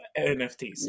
NFTs